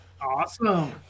Awesome